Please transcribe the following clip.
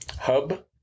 hub